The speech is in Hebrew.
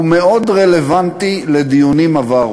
הוא מאוד רלוונטי לדיונים-עברו.